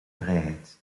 vrijheid